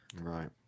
right